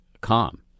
calm